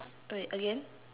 wait again